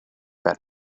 that